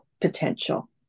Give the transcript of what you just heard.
potential